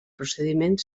procediment